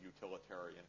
utilitarian